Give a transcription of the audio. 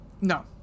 No